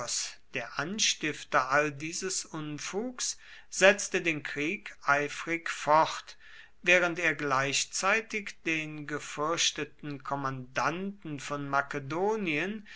der anstifter all dieses unfugs setzte den krieg eifrig fort während er gleichzeitig den gefürchteten kommandanten von makedonien